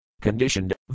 conditioned